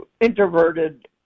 introverted